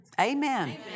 Amen